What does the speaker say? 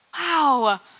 Wow